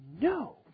no